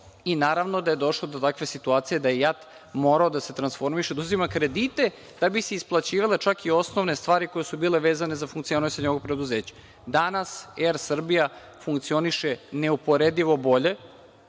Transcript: i naravno da je došlo do takve situacije da je JAT morao da se transformiše, da uzima kredite da bi se isplaćivale čak i osnovne stvari koje su bile vezane za funkcionisanje ovog preduzeća. Danas Er Srbija funkcioniše neuporedivo bolje